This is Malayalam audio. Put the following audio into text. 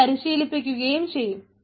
ഇത് പരിശീലിപ്പിക്കുകയും ചെയ്യും